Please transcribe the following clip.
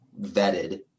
vetted